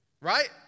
right